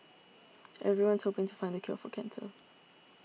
everyone's hoping to find the cure for cancer